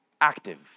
active